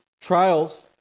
trials